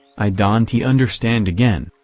i don t understand again,